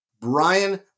Brian